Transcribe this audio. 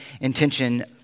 intention